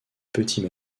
petits